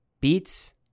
Beets